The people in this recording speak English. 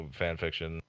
fanfiction